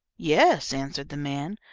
yes, answered the man,